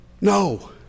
no